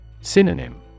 Synonym